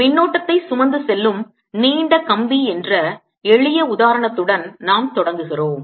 மின்னோட்டத்தை சுமந்து செல்லும் நீண்ட கம்பி என்ற எளிய உதாரணத்துடன் நாம் தொடங்குகிறோம்